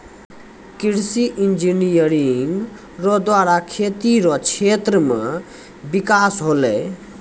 कृषि इंजीनियरिंग रो द्वारा खेती रो क्षेत्र मे बिकास होलै